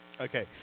Okay